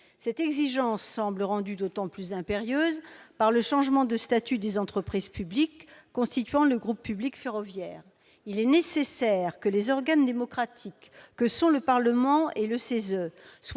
Cette exigence semble rendue d'autant plus impérieuse par le changement de statut des entreprises publiques constituant le groupe public ferroviaire. Il importe que les organes démocratiques que sont le Parlement et le CESE soient